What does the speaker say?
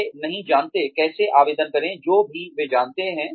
वे नहीं जानते कैसे आवेदन करें जो भी वे जानते हैं